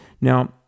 Now